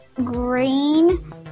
green